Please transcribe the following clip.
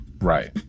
Right